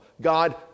God